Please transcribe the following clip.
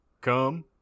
come